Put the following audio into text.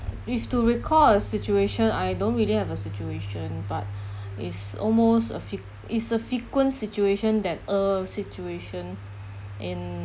if to recall a situation I don't really have a situation but is almost a fre~ is a frequent situation that uh situation in